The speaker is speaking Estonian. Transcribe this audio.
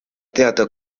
teada